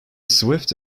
swift